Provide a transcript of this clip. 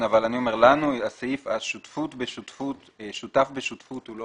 אני אומר שלנו שותף בשותפות הוא לא